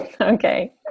Okay